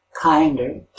kinder